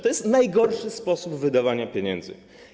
To jest najgorszy sposób wydawania pieniędzy.